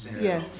yes